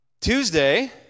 Tuesday